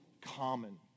common